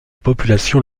population